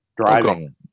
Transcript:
Driving